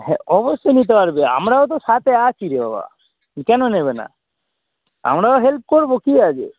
হ্যাঁ অবশ্যই নিতে পারবে আমরাও তো সাতে আছি রে বাবা কেন নেবে না আমরাও হেল্প করবো কী আছে